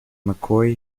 mccoy